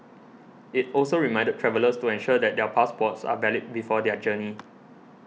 it also reminded travellers to ensure that their passports are valid before their journey